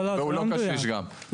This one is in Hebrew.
והוא לא קשיש גם.